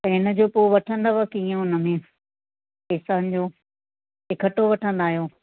त इनजो पोइ वठंदव कीअं उनमें पैसनि जो इकट्ठो वठंदा आहियो